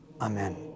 Amen